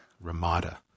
Ramada